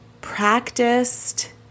practiced